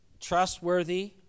trustworthy